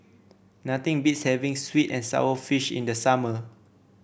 nothing beats having sweet and sour fish in the summer